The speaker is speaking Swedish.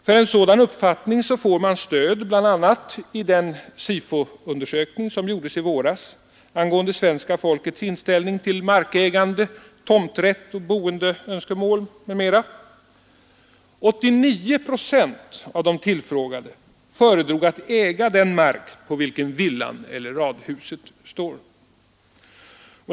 För en sådan uppfattning får man stöd av bl.a. den SIFO-undersökning som gjordes i våras angående svenska folkets inställning till markägande, tomträtt, boende m.m. Av de tillfrågade föredrog 89 procent att äga den mark på vilken villan eller radhuset står.